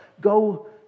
Go